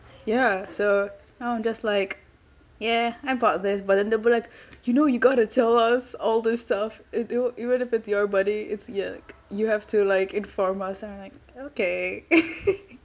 ya so now I'm just like yeah I bought this but then they'll be like you know you got to tell us all these stuff e~ e~ even if it's your money it's ya like you have to like inform us then I'm like okay